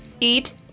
eat